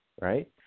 right